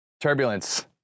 Turbulence